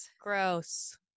Gross